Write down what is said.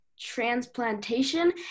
Transplantation